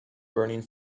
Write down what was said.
burning